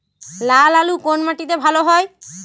লাল আলু কোন মাটিতে ভালো হয়?